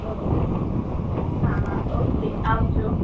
ઓ હા હા ઓકે આવજો